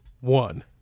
one